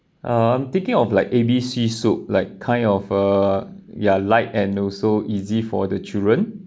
I'm thinking of like A B C soup like kind of uh ya light and also easy for the children